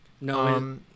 no